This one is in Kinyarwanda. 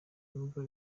nubwo